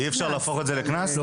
אי אפשר להפוך את זה לקנס?